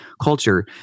culture